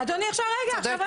אדוני, עכשיו רגע, רגע.